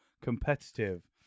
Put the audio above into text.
competitive